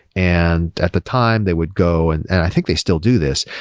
and at the time, they would go and i think they still do this.